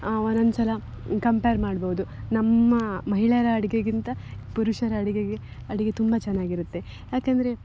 ಒಂದೊಂದ್ಸಲ ಕಂಪೇರ್ ಮಾಡ್ಬೋದು ನಮ್ಮ ಮಹಿಳೆಯರ ಅಡಿಗೆಗಿಂತ ಪುರುಷರ ಅಡಿಗೆಗೆ ಅಡಿಗೆ ತುಂಬ ಚೆನ್ನಾಗಿರತ್ತೆ ಯಾಕೆಂದ್ರೆ